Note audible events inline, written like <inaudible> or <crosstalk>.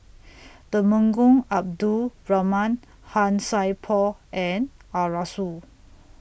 <noise> Temenggong Abdul Rahman Han Sai Por and Arasu